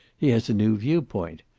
he has a new viewpoint.